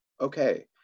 okay